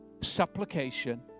supplication